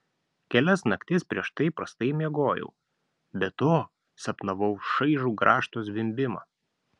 kelias naktis prieš tai prastai miegojau be to sapnavau šaižų grąžto zvimbimą